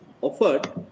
offered